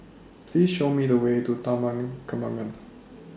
Please Show Me The Way to Taman Kembangan